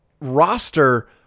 roster